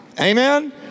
Amen